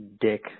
dick